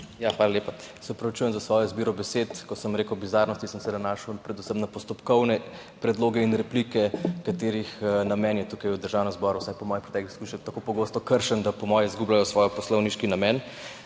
Hvala lepa. Se opravičujem za svojo izbiro besed. Ko sem rekel bizarnosti, sem se nanašal predvsem na postopkovne predloge in replike, katerih namen je tukaj v Državnem zboru, vsaj po mojih preteklih izkušnjah, tako pogosto kršen, da po mojem izgubljajo svoj poslovniški namen.